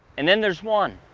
and then there's one,